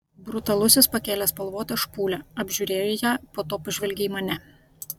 brutalusis pakėlė spalvotą špūlę apžiūrėjo ją po to pažvelgė į mane